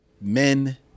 men